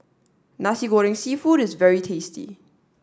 Nasi Goreng Seafood is very tasty